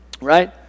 right